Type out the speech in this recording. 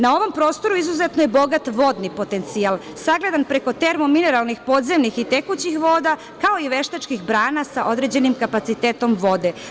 Na ovom prostoru izuzetno je bogat vodni potencijal sagledan preko termomineralnih podzemnih i tekućih voda, kao i veštačkih brana sa određenim kapacitetom vode.